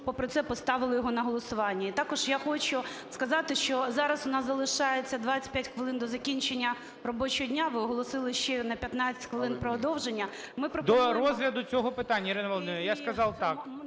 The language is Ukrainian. попри це поставили його на голосування. І також я хочу сказати, що зараз у нас залишається 25 хвилин до закінчення робочого дня, ви оголосили ще на 15 хвилин продовження, ми пропонуємо... ГОЛОВУЮЧИЙ. До розгляду цього питання, Ірина Володимирівна, я сказав так.